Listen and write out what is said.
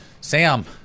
Sam